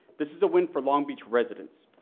this is a win for long beach residents.